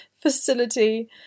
facility